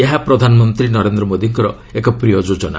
ଏହା ପ୍ରଧାନମନ୍ତ୍ରୀ ନରେନ୍ଦ୍ର ମୋଦିଙ୍କର ଏକ ପ୍ରିୟ ଯୋଜନା